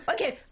Okay